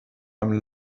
einem